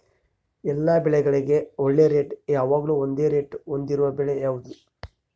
ಎಲ್ಲ ಬೆಳೆಗಳಿಗೆ ಒಳ್ಳೆ ರೇಟ್ ಯಾವಾಗ್ಲೂ ಒಂದೇ ರೇಟ್ ಹೊಂದಿರುವ ಬೆಳೆ ಯಾವುದು?